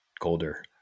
colder